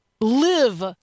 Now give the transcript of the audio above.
live